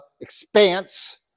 expanse